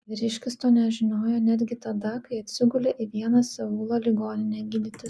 vyriškis to nežinojo netgi tada kai atsigulė į vieną seulo ligoninę gydytis